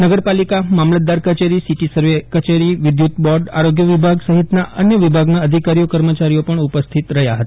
નગરપાલિકા મામલતદાર કચેરી સિટી સર્વે કચેરી વિદ્યુ ત બોર્ડ આરોગ્ય વિભાગ સહિતના અન્ય વિભાગના અધિકારીઓકર્મચારીઓઉપસ્થિત રહ્યા હતા